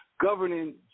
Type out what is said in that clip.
governing